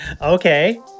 Okay